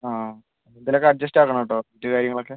ആ എന്തേലുമൊക്കെ അഡ്ജസ്റ്റ് ആക്കണംട്ടോ റേറ്റും കാര്യങ്ങളൊക്കെ